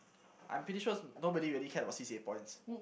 I'm pretty sure nobody really cares about C_C_A points